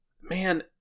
man